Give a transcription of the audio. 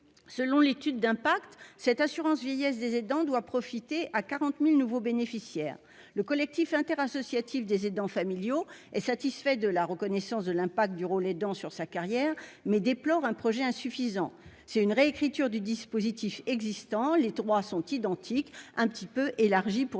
Selon l'étude d'impact, cette assurance vieillesse des aidants doit profiter à 40 000 nouveaux bénéficiaires. Le collectif interassociatif des aidants familiaux est satisfait de la reconnaissance de l'impact du rôle d'aidant sur les carrières, mais déplore un projet insuffisant : il s'agit d'une réécriture du dispositif existant, les droits sont identiques, ils sont